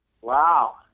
Wow